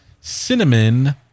cinnamon